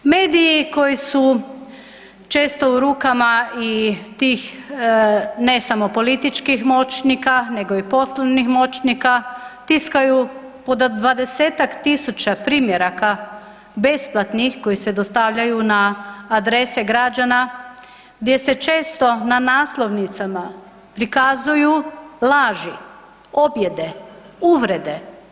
Mediji koji su često u rukama i tih ne samo političkih moćnika nego i poslovnih moćnika tiskaju po 20-tak tisuća primjeraka besplatnih koji se dostavljaju na adrese građana gdje se često na naslovnicama prikazuju laži, objede, uvrede.